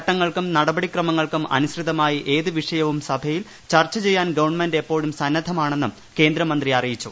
ചട്ടങ്ങൾക്കും നടപടിക്രമങ്ങൾക്കും അനുസൃതമായി ഏത് വിഷയവും സഭയിൽ ചർച്ച ചെയ്യാൻ ഗവൺമെന്റ് എപ്പോഴും സന്നദ്ധമാണന്നും കേന്ദ്രമന്ത്രി അറിയിച്ചു